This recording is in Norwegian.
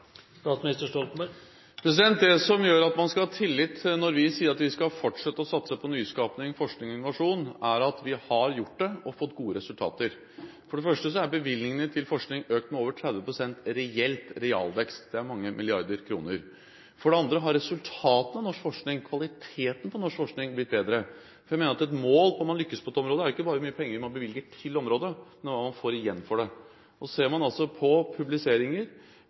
Det som gjør at man skal ha tillit til det når vi sier at vi skal fortsette å satse på nyskaping, forskning og innovasjon, er at vi har gjort det og fått gode resultater. For det første er bevilgningene til forskning økt med over 30 pst. reelt – en realvekst. Det er mange milliarder kroner. For det andre har resultatene av norsk forskning, kvaliteten på norsk forskning, blitt bedre. Jeg mener at et mål for om man lykkes på dette området, er ikke bare hvor mye penger man bevilger til området, men hva man får igjen for dem. Og ser man på publiseringer,